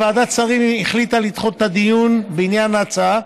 ועדת השרים החליטה לדחות את הדיון בעניין ההצעה,